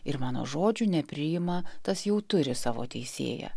ir mano žodžių nepriima tas jau turi savo teisėją